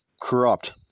corrupt